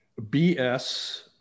BS